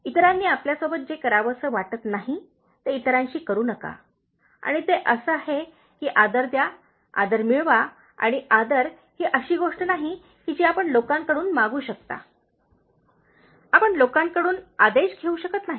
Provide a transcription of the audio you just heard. इतरांनी आपल्यासोबत जे करावेसे वाटत नाही ते इतरांशी करू नका आणि ते असे आहे की आदर द्या आदर मिळवा आणि आदर ही अशी काही गोष्ट नाही जी आपण लोकांकडून मागू शकता आपण लोकांकडून आदेश घेऊ शकत नाही